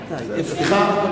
כעובד מדינה יש לך בעיה.